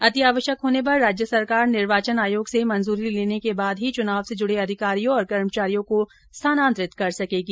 अंति आवश्यक होने पर राज्य सरकार निर्वाचन आयोग से मंजूरी लेने के बाद ही चुनाव से जुड़े अधिकारियों और कर्मचारियों को स्थानान्तरित कर सकेगी